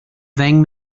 ddeng